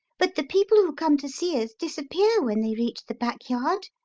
but the people who come to see us disappear when they reach the backyard,